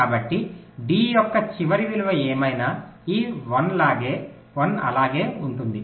కాబట్టి D యొక్క చివరి విలువ ఏమైనా ఈ 1 అలాగే ఉంటుంది